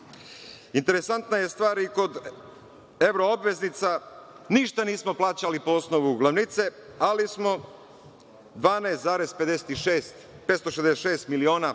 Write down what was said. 1,7.Interesantna je stvar i kod evro obveznica, ništa nismo plaćali po osnovu glavnice, ali smo 12,566 miliona